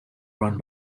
run